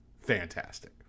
fantastic